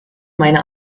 meine